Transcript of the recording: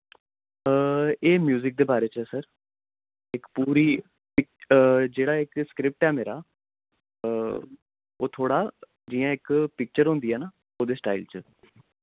एह् म्यूजिक दे बारे च ऐ सर इक पूरी इक जेह्ड़ा इक एह् स्क्रिप्ट ऐ मेरा ओह् थोह्ड़ा जि'यां इक पिक्चर होंदी ऐ ना ओह्दे स्टाइल च